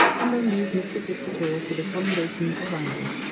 and then leave mr. piscator to the commendation of angling.